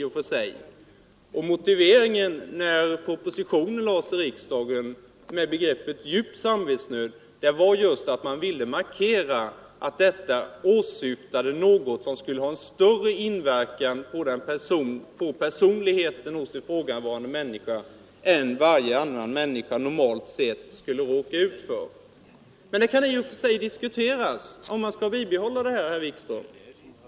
Och motiveringen för begreppet djup samvetsnöd var, när propositionen lades fram för riksdagen, just att man ville markera att detta åsyftade något som skulle ha en större inverkan på personligheten hos ifrågavarande människa än vad varje annan människa normalt skulle råka ut för. Men det kan i och för sig diskuteras om man skall bibehålla det här, herr Wikström.